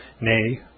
nay